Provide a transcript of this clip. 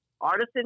artisan